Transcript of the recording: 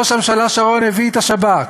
ראש הממשלה שרון הביא את השב"כ,